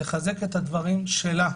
כדי לחזק את הדברים שלה.